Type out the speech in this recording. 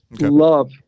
Love